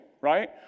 right